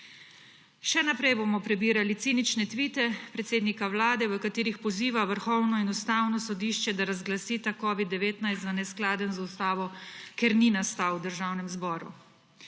Še naprej bomo prebirali cinične tvite predsednika Vlade, v katerih poziva Vrhovno sodišče in Ustavno sodišče, da razglasita covid-19 za neskladen z ustavo, ker ni nastal v Državnem zboru,